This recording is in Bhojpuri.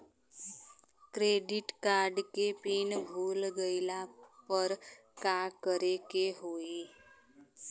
क्रेडिट कार्ड के पिन भूल गईला पर का करे के होई?